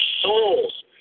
souls